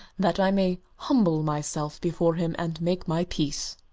that i may humble myself before him and make my peace.